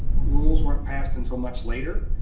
rules weren't passed until much later.